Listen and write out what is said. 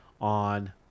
on